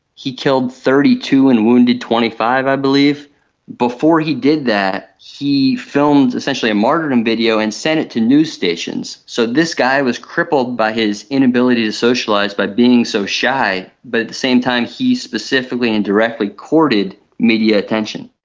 he killed thirty two and wounded twenty five i believe, and before he did that he filmed essentially a martyrdom video and sent it to news stations. so this guy was crippled by his inability to socialise, by being so shy, but at the same time he specifically and directly courted media attention.